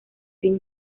tim